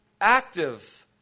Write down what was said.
active